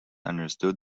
understood